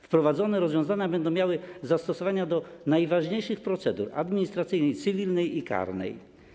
Wprowadzone rozwiązania będą miały zastosowania do najważniejszych procedur: administracyjnej, cywilnej i karnej.